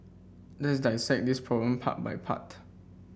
let's dissect this problem part by part